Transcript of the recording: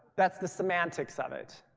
that's the semantics of it.